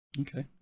Okay